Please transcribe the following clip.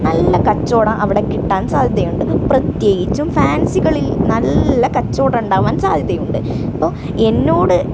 നല്ല കച്ചവടം അവിടെ കിട്ടാൻ സാധ്യതയുണ്ട് പ്രത്യേകിച്ചും ഫാൻസികളിൽ നല്ല കച്ചവടം ഉണ്ടാകാൻ സാധ്യതയുണ്ട് ഇപ്പോൾ എന്നോട്